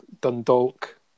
Dundalk